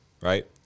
right